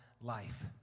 life